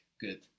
Good